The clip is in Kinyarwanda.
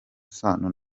isano